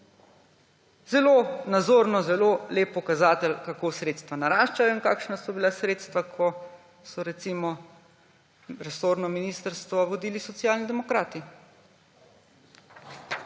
Zelo nazorno, zelo lep pokazatelj, kako sredstva naraščajo in kakšna so bila sredstva, ko so, recimo, resorno ministrstvo vodili Socialni demokrati.